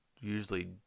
usually